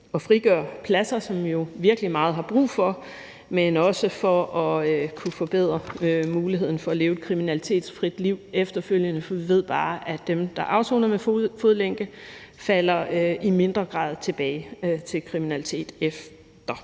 at frigøre pladser, som vi jo virkelig har meget brug for, men også for at kunne forbedre muligheden for at leve et kriminalitetsfrit liv efterfølgende. For vi ved bare, at dem, der afsoner med fodlænke, i mindre grad falder tilbage til kriminalitet efter